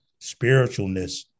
spiritualness